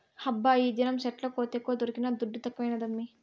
హబ్బా ఈదినం సెట్ల కోతెక్కువ దొరికిన దుడ్డు తక్కువైనాదమ్మీ